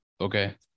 okay